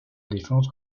défense